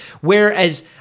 whereas